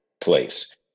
place